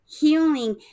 healing